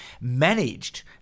managed